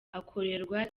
akorerwa